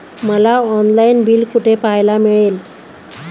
मला online bill कुठे पाहायला मिळेल?